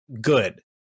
good